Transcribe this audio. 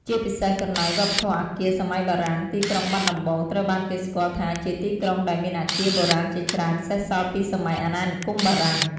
ជាពិសេសកន្លែង វប្បធម៌អគារសម័យបារាំង ទីក្រុងបាត់ដំបងត្រូវបានគេស្គាល់ថាជាទីក្រុងដែលមានអគារបុរាណជាច្រើនសេសសល់ពីសម័យអាណានិគមបារាំង។